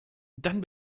dann